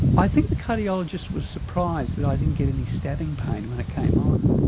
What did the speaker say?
i think the cardiologist was surprised that i didn't get any stabbing pain when it came on.